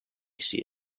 see